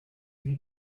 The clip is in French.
lui